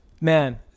Man